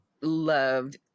loved